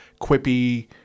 quippy